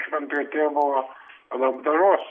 šventojo tėvo labdaros